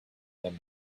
them